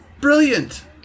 Brilliant